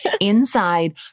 inside